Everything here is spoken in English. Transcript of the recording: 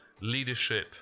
leadership